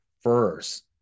first